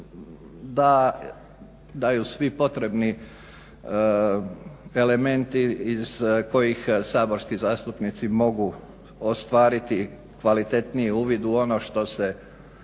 daju svi potrebni elementi iz kojih saborski zastupnici mogu ostvariti kvalitetniji uvid u ono što se